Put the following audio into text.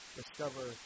discover